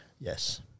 Yes